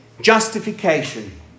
Justification